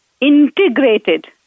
integrated